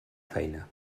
feina